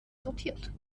sortiert